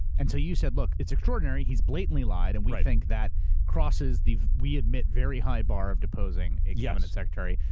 and so you said, look, it's extraordinary, he's blatantly lied and we think that crosses the, we admit, very high bar of deposing a yeah and cabinet secretary.